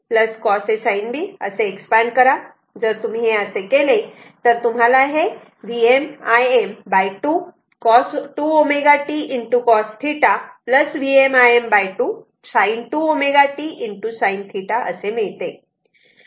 जर तुम्ही हे असे केले तर तुम्हाला हे Vm Im 2 cos 2 ω t cos θ Vm Im 2 sin 2 ω t sin θ असे मिळते